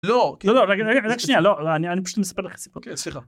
לא לא אני אני פשוט מספר לך סיפור... סליחה.